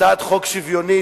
הצעת חוק שוויונית,